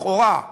לכאורה,